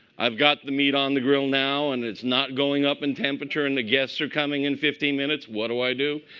i've got the meat on the grill now. and it's not going up in temperature. and the guests are coming in fifteen minutes. what do i do?